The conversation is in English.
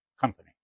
company